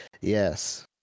yes